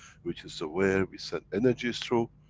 which is where we send energies through,